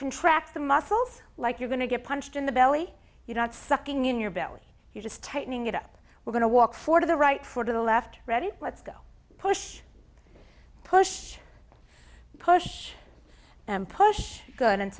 contract the muscles like you're going to get punched in the belly you're not sucking in your belly you just tightening it up we're going to walk for the right for the left ready let's go push push push push good and